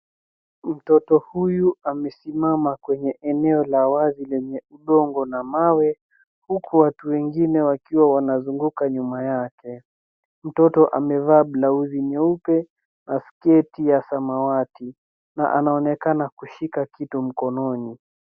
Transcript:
Mtoto huyu amesimama kwenye eneo la wazi lenye udongo na mawe huku watu wengine wakiwa wanazunguka nyuma yake. Mtoto amevaa blauzi nyeupe na sketi ya samawati na anaonekana kushika kitu mkononi.